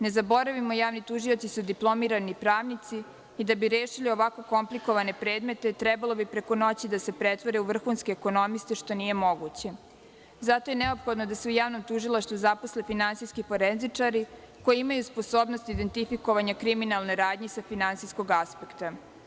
Ne zaboravimo da su javni tužioci diplomirani pravnici i da bi rešili ovako komplikovane predmete trebalo bi preko noći da se pretvore u vrhunske ekonomiste, što nije moguće, i zato je neophodno da se u javnom tužilaštvu zaposle finansijski forenzičari koji imaju sposobnost identifikovanje kriminalne radnje sa finansijskog aspekta.